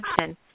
action